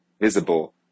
visible